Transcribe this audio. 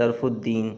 شرف الدین